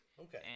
Okay